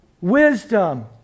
wisdom